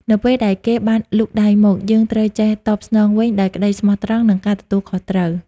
នៅពេលដែលគេបានលូកដៃមក យើងត្រូវចេះតបស្នងវិញដោយក្តីស្មោះត្រង់ និងការទទួលខុសត្រូវ។